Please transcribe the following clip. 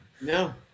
No